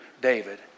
David